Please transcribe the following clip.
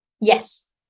Yes